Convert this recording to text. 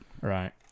Right